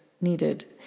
needed